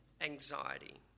anxiety